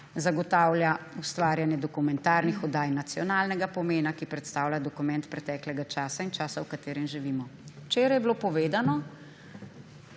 zagotavlja ustvarjanje dokumentarnih oddaj nacionalnega pomena, ki predstavljajo dokument preteklega časa in časa, v katerem živimo.« Včeraj je bilo povedano,